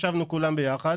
ישבנו כולם יחד